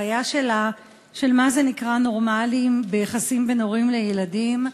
מה זה נקרא "נורמלי" ביחסים בין הורים לילדים.